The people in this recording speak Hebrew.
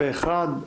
פה אחד.